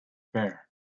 bare